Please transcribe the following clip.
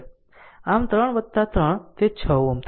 આમ 3 3 તે 6 Ω થશે